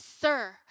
sir